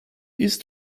ist